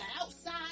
outside